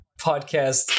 podcast